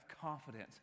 confidence